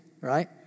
right